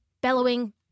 bellowing